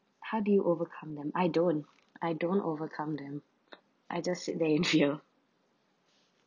how did you overcome them I don't I don't overcome them I just sit there in fear